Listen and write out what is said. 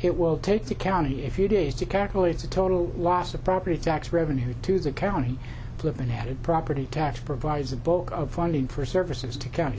it will take the county a few days to calculate the total loss of property tax revenue to the county of an added property tax provides a book of funding for services to county